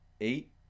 Eight